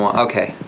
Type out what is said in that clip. okay